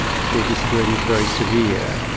their disability is very severe,